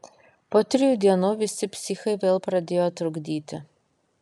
po trijų dienų visi psichai vėl pradėjo trukdyti